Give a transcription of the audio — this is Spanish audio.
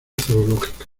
zoológica